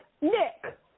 Nick